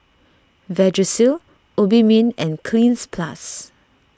Vagisil Obimin and Cleanz Plus